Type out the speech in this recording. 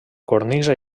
cornisa